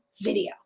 video